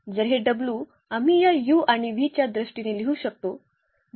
जर हे w आम्ही या u आणि v च्या दृष्टीने लिहू शकतो